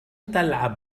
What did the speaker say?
تلعب